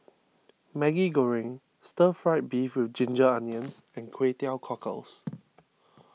Maggi Goreng Stir Fried Beef with Ginger Onions and Kway Teow Cockles